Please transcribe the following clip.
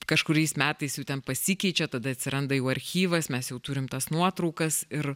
kažkuriais metais jau ten pasikeičia tada atsiranda jau archyvas mes jau turim tas nuotraukas ir